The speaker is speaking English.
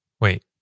Wait